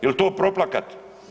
Jel to proplakat?